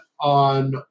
on